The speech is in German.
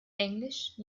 englisch